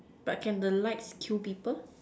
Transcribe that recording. but can the lights kill people